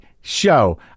show